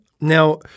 Now